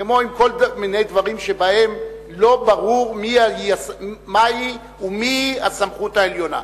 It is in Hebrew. כמו עם כל מיני דברים שבהם לא ברור מה היא ומי היא הסמכות העליונה,